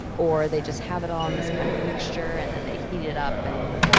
or they just have it all in this kind of mixture and then they heated up and,